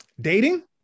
Dating